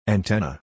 Antenna